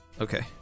Okay